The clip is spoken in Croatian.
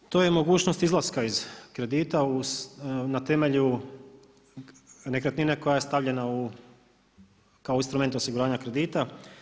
To je mogućnost izlaska iz kredita na temelju nekretnine koja je stavljena kao instrument osiguranja kredita.